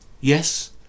Yes